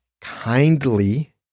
kindly